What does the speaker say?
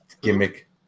Gimmick